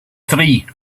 three